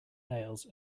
nails